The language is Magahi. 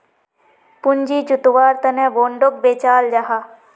पूँजी जुत्वार तने बोंडोक बेचाल जाहा